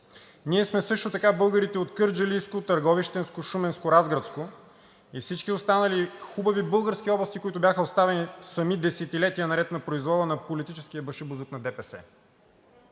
Ние сме също така българите от Кърджалийско, Търговищко, Шуменско, Разградско и всички останали хубави български области, които бяха оставени сами десетилетия наред на произвола на политическия башибозук на ДПС.